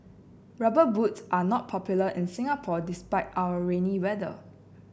rubber boots are not popular in Singapore despite our rainy weather